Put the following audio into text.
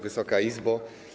Wysoka Izbo!